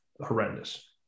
horrendous